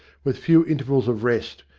with few intervals of rest,